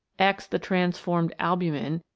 x the transformed albumin,